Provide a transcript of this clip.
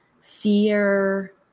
fear